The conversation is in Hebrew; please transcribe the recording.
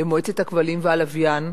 למועצת הכבלים והלוויין,